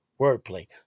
wordplay